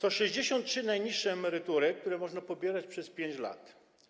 To 63 najniższe emerytury, które można pobierać przez 5 lat.